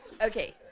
Okay